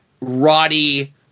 Roddy